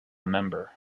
member